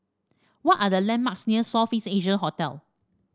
what are the landmarks near South Face Asia Hotel